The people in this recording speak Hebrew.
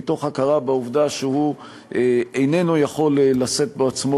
מתוך הכרה בעובדה שהוא איננו יכול לשאת בעצמו